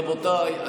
רבותיי,